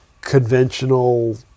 conventional